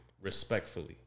Respectfully